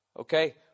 Okay